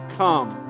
come